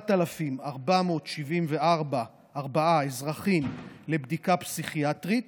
4,474 אזרחים לבדיקה פסיכיאטרית